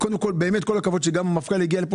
ובאמת כל הכבוד שגם המפכ"ל הגיע לפה,